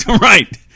right